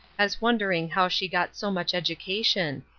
as wondering how she got so much education.